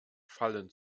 fallen